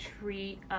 treat